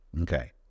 Okay